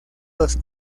los